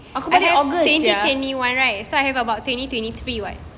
aku baru august sia